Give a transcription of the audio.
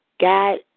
God